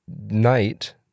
night